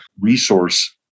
resource